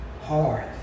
hard